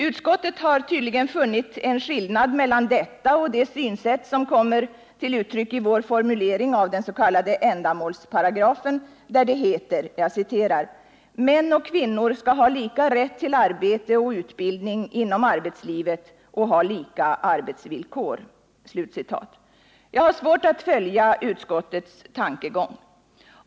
Utskottet har tydligen funnit en skillnad mellan detta och det synsätt som kommer till uttryck i vår formulering av den s.k. ändamålsparagrafen, där det heter: ”Män och kvinnor skall ha lika rätt till arbete och utbildning inom arbetslivet samt ha lika arbetsvillkor.” Jag har svårt att följa utskottets tankegång.